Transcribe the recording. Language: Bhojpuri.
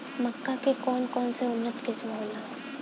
मक्का के कौन कौनसे उन्नत किस्म होला?